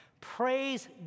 Praise